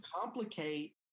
complicate